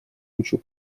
кучу